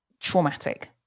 traumatic